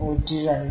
102